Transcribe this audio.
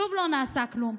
שוב לא נעשה כלום.